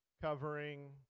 covering